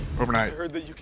overnight